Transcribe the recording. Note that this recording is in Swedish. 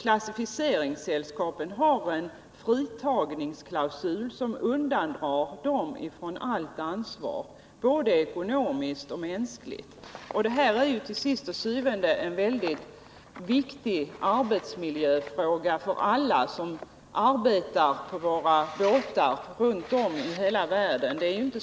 Klassificeringssällskapen har nämligen en fritagningsklausul som undantar dem från allt ansvar, både ekonomiskt och mänskligt. Detta är til syvende og sidst en väldigt viktig arbetsmiljöfråga för alla som arbetar på våra båtar runt om i hela världen.